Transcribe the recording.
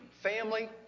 family